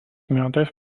metais